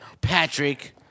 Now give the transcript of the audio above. Patrick